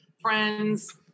friends